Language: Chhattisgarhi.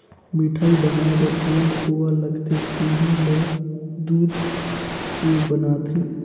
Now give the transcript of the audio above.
मिठाई बनाये बर जेन खोवा लगथे तेहु ल दूद के बनाथे